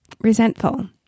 resentful